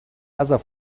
other